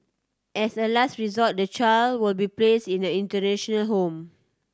as a last resort the child will be place in the institutional home